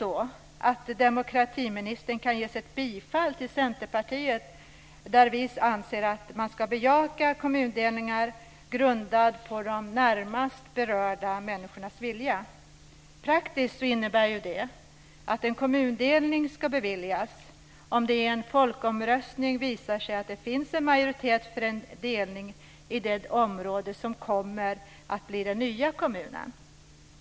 Kan demokratiministern ge sitt bifall till Centerpartiet när vi anser att man ska bejaka kommundelningar grundade på de närmast berörda människornas vilja? Det innebär praktiskt att en kommundelning ska beviljas om det i en folkomröstning visar sig att det finns en majoritet för en delning i det område som kommer att bli den nya kommunen.